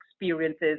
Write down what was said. experiences